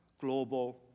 global